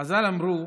חז"ל אמרו,